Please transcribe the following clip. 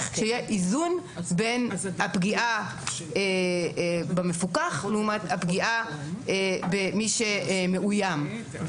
שיהיה איזון בין הפגיעה במפוקח לעומת הפגיעה במי שמאוים.